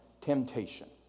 temptation